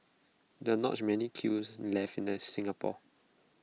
there are not many kilns left in the Singapore